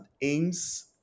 AIMS